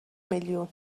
میلیون